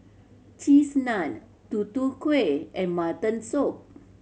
Cheese Naan Tutu Kueh and mutton soup